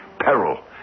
peril